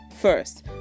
first